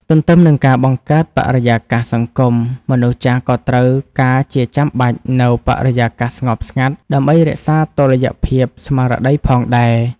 ទន្ទឹមនឹងការបង្កើតបរិយាកាសសង្គម មនុស្សចាស់ក៏ត្រូវការជាចាំបាច់នូវ បរិយាកាសស្ងប់ស្ងាត់ ដើម្បីរក្សាតុល្យភាពស្មារតីផងដែរ។